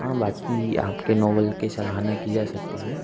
हाँ बाकी आपके नोबल के सराहना की जा सकती है